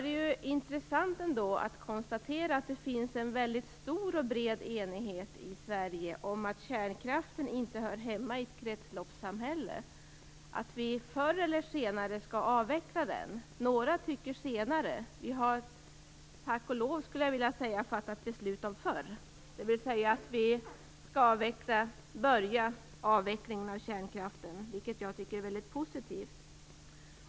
Det är intressant att konstatera att det finns en stor och bred enighet i Sverige om att kärnkraften inte hör hemma i ett kretsloppssamhälle. Vi skall förr eller senare avveckla kärnkraften. Några tycker senare. Vi har - tack och lov - fattat beslut om förr. Avvecklingen av kärnkraften skall påbörjas, vilket jag tycker är positivt.